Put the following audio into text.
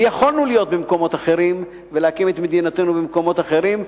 ויכולנו להיות במקומות אחרים ולהקים את מדינתנו במקומות אחרים,